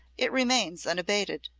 it remains unabated.